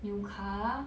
new car